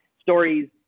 stories